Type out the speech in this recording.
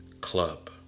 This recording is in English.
club